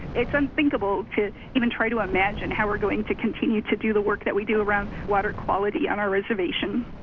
it's unthinkable to even try to imagine how we're going to continue to do the work that we do around water quality on our reservation.